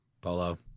Polo